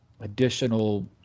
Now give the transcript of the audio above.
additional